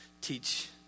teach